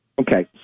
Okay